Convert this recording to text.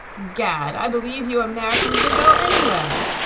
gad, i believe you americans would go anywhere!